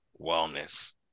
wellness